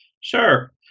Sure